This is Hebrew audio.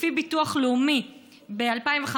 לפי ביטוח לאומי ב-2015,